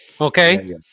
okay